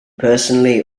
personally